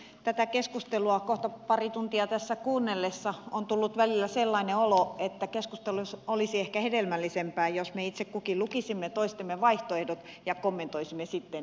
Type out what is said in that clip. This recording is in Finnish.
tätä keskustelua kohta pari tuntia tässä kuunneltuani on tullut välillä sellainen olo että keskustelu olisi ehkä hedelmällisempää jos me itse kukin lukisimme toistemme vaihtoehdot ja kommentoisimme sitten niitä